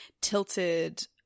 tilted